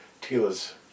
Tila's